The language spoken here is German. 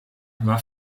war